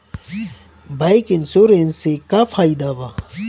Bike insurance से का फायदा बा?